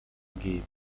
ngibi